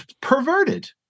perverted